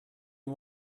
you